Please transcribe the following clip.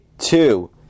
Two